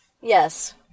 Yes